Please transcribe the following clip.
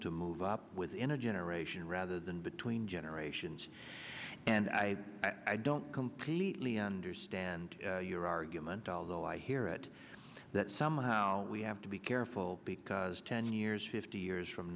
to move up within a generation rather than between generations and i don't completely understand your argument although i hear it that somehow we have to be careful because ten years fifty years from